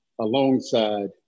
alongside